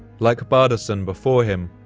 like bardason before him,